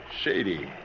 Shady